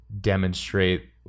demonstrate